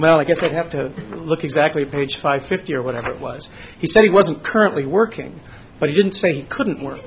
well i guess i'd have to look exactly page five fifty or whatever it was he said he wasn't currently working but he didn't say he couldn't work